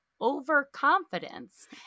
overconfidence